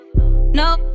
No